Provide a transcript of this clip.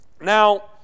Now